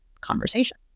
conversation